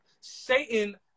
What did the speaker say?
Satan